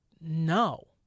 no